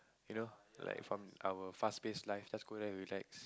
you know like from our fast paced life just go there relax